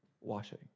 washing